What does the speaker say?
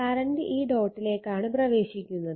current ഈ ഡോട്ടിലേക്കാണ് പ്രവേശിക്കുന്നത്